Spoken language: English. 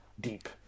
deep